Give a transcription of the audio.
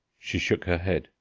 she shook her head.